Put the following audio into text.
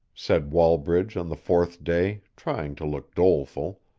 said wallbridge on the fourth day, trying to look doleful,